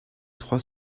trois